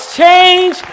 change